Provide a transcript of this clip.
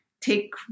Take